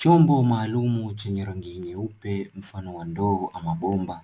Chombo maalumu chenye rangi nyeupe mfano wa ndoo ama bomba;